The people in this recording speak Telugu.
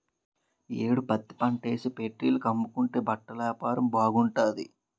ఈ యేడు పత్తిపంటేసి ఫేట్రీల కమ్ముకుంటే బట్టలేపారం బాగుంటాది